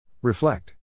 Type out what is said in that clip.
Reflect